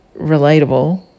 relatable